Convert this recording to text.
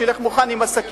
שהוא ילך מוכן עם הסכין.